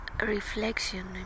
reflection